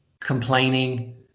complaining